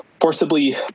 forcibly